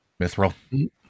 Mithril